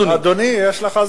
אדוני.